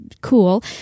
cool